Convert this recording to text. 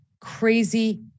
crazy